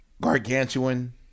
gargantuan